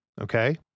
okay